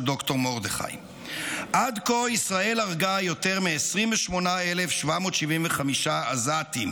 ד"ר מרדכי: "עד כה ישראל הרגה יותר מ-28,775 עזתים"